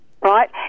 right